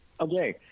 okay